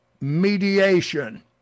mediation